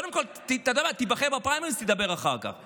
קודם כול תיבחר בפריימריז, תיבחר אחר כך.